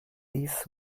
this